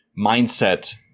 mindset